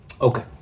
Okay